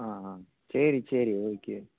ஆ ஆ சரி சரி ஓகே